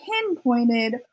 pinpointed